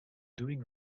doing